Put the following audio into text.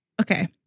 okay